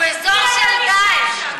הוא אזור של דאעש.